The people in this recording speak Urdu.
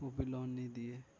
وہ بھی لون نہیں دئے